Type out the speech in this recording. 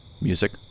Music